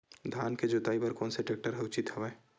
धान के जोताई बर कोन से टेक्टर ह उचित हवय?